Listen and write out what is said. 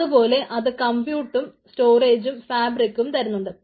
അതുപോലെ അത് കംപ്യൂട്ടുംസ്റ്റോറേജും ഫാബ്രിക്കും തരുന്നുണ്ട്